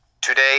Today